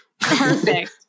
perfect